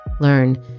learn